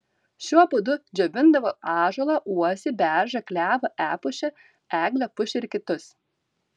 šiuo būdu džiovindavo ąžuolą uosį beržą klevą epušę eglę pušį ir kitus